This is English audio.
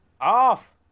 off